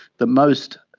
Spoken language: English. the most